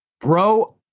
Bro